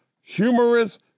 humorous